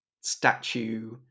statue